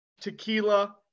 tequila